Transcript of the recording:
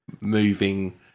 moving